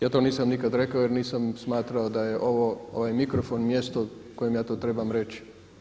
Ja to nisam nikad rekao, jer nisam smatrao da je ovo, ovaj mikrofon mjesto na kojem ja to trebam reći.